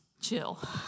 chill